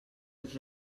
els